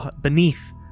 beneath